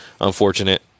unfortunate